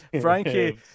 Frankie